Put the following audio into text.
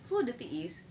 so the thing is